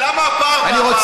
רגע, רגע, תענה: למה הפער בהערכת